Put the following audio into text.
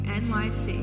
nyc